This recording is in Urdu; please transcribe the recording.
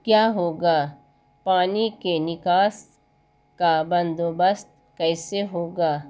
کیا ہوگا پانی کے نکاس کا بندوبست کیسے ہوگا